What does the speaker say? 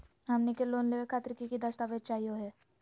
हमनी के लोन लेवे खातीर की की दस्तावेज चाहीयो हो?